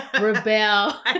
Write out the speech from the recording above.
rebel